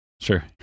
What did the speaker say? Sure